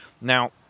Now